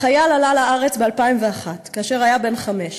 החייל עלה לארץ ב-2001, כאשר היה בן חמש.